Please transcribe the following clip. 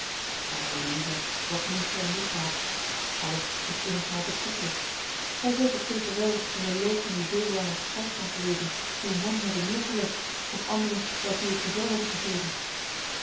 eilieve wat noemt ge eene misdaad alles is immers maar betrekkelijk gij zult toch zeker wel in den loop van uw veeljarig krijgsmansleven uw man hebben neêrgelegd of anderen daartoe het bevel hebben gegeven